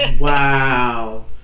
Wow